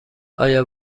آیا